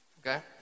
Okay